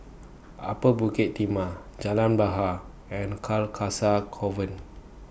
Upper Bukit Timah Jalan Bahar and Carcasa Convent